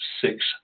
six